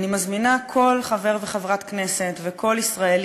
אני מזמינה כל חבר וחברת כנסת וכל ישראלי